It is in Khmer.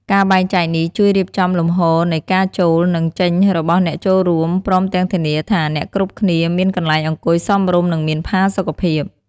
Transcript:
ការបែងចែកនេះជួយរៀបចំលំហូរនៃការចូល និងចេញរបស់អ្នកចូលរួម ព្រមទាំងធានាថាអ្នកគ្រប់គ្នាមានកន្លែងអង្គុយសមរម្យ និងមានផាសុកភាព។